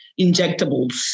injectables